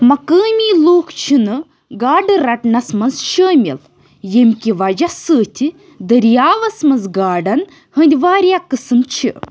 مقٲمی لوٗکھ چھِنہٕ گاڈٕ رَٹنس مَنٛز شٲمِل، ییٚمہِ کہِ وجہہ سۭتہِ دٔریاوَس مَنٛز گاڈَن ہٕنٛدۍ واریاہ قٕسم چھِ